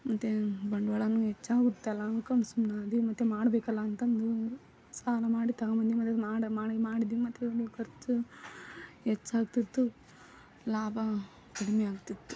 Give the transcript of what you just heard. ಮತ್ತು ಬಂಡವಾಳನು ಹೆಚ್ಚಾಗುತ್ತಲ್ಲ ಅಂದ್ಕೊಂಡು ಸುಮ್ಮನಾದ್ವಿ ಮತ್ತು ಮಾಡಬೇಕಲ್ಲ ಅಂತ ಅಂದು ಸಾಲ ಮಾಡಿ ತಗೊಂಡ್ಬಂದು ಮನ್ಯಾಗ ಮಾಡಿ ಮಾಡಿ ಮಾಡಿದ್ವಿ ಮತ್ತು ಅದರ ಖರ್ಚು ಹೆಚ್ಚಾಗ್ತಾ ಹೊರ್ತು ಲಾಭ ಕಡಿಮೆಯಾಗ್ತಿತ್ತು